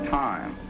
time